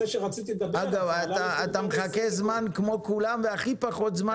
אתה מחכה זמן כמו כולם והכי פחות זמן,